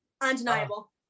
undeniable